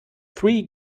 three